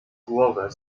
głowę